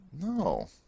No